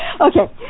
Okay